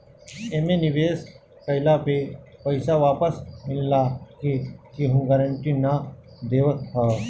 एमे निवेश कइला पे पईसा वापस मिलला के केहू गारंटी ना देवत हअ